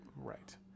right